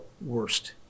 worst